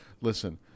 listen